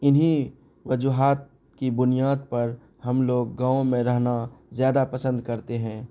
انہیں وجوہات کی بنیاد پر ہم لوگ گاؤں میں رہنا زیادہ پسند کرتے ہیں